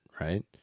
right